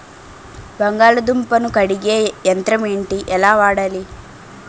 బంగాళదుంప ను కడిగే యంత్రం ఏంటి? ఎలా వాడాలి?